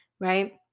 right